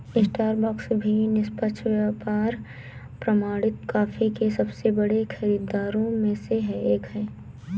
Starbucks भी निष्पक्ष व्यापार प्रमाणित कॉफी के सबसे बड़े खरीदारों में से एक है